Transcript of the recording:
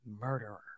murderer